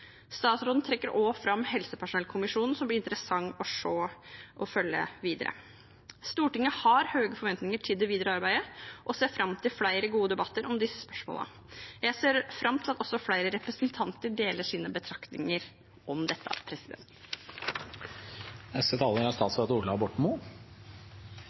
Statsråden trekker også fram helsepersonellkommisjonen, som blir interessant å se og følge videre. Stortinget har høye forventninger til det videre arbeidet og ser fram til flere gode debatter om disse spørsmålene. Jeg ser fram til at også flere representanter deler sine betraktninger om dette.